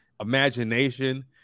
imagination